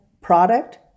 product